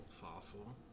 fossil